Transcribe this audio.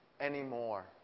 anymore